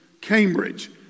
Cambridge